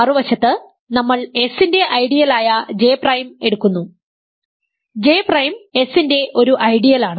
മറുവശത്ത് നമ്മൾ S ന്റെ ഐഡിയലായ J പ്രൈം എടുക്കുന്നു J പ്രൈം എസ് ന്റെ ഒരു ഐഡിയലാണ്